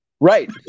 Right